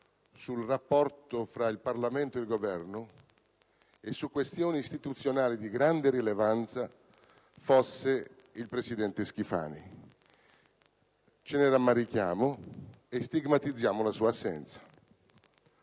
sui rapporti fra il Parlamento ed il Governo e su questioni istituzionali di grande rilevanza fosse stato il presidente Schifani. Ce ne rammarichiamo e stigmatizziamo la sua assenza.